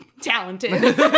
talented